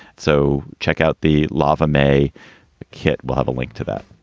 so check out the lava mae kit. we'll have a link to that.